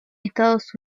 estados